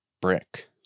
brick